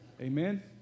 Amen